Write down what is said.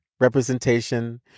representation